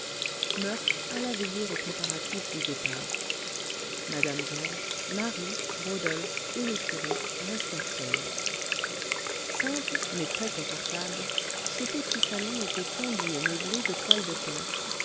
murph alla veiller aux préparatifs du départ mme georges marie rodolphe et le curé restèrent seuls simple mais très confortable ce petit salon était tendu et meublé de toile de perse